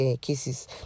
cases